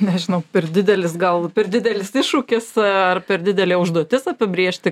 nežinau per didelis gal per didelis iššūkis ar per didelė užduotis apibrėžti